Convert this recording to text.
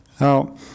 Now